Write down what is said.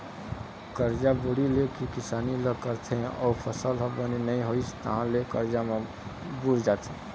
करजा बोड़ी ले के किसानी ल करथे अउ फसल ह बने नइ होइस तहाँ ले करजा म बूड़ जाथे